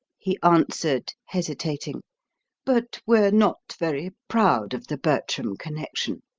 he answered, hesitating but we're not very proud of the bertram connection.